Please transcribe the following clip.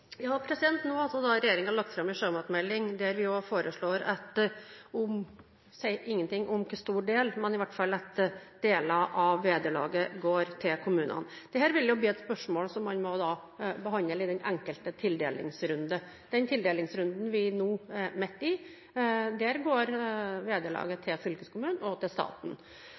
ja og vi kan få mer arealbruk? Nå har regjeringen lagt fram en sjømatmelding der vi ikke sier noe om hvor stor del, men i hvert fall at deler av vederlaget skal gå til kommunene. Dette vil bli et spørsmål som man må behandle i den enkelte tildelingsrunde. I den tildelingsrunden vi nå er midt i, går vederlaget til fylkeskommunen og staten,